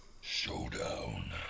Showdown